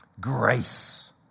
Grace